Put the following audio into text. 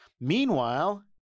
Meanwhile